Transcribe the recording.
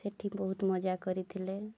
ସେଠି ବହୁତ ମଜା କରିଥିଲେ